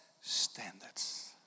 standards